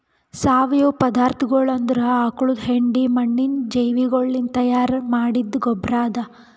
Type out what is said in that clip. ಸಾವಯವ ಪದಾರ್ಥಗೊಳ್ ಅಂದುರ್ ಆಕುಳದ್ ಹೆಂಡಿ, ಮಣ್ಣಿನ ಜೀವಿಗೊಳಲಿಂತ್ ತೈಯಾರ್ ಮಾಡಿದ್ದ ಗೊಬ್ಬರ್ ಅದಾ